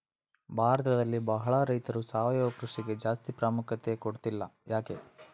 ಭಾರತದಲ್ಲಿ ಬಹಳ ರೈತರು ಸಾವಯವ ಕೃಷಿಗೆ ಜಾಸ್ತಿ ಪ್ರಾಮುಖ್ಯತೆ ಕೊಡ್ತಿಲ್ಲ ಯಾಕೆ?